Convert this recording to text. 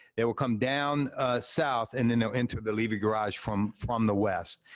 they will come down south, and then they'll enter the leavey garage from from the west.